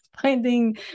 finding